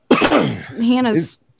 hannah's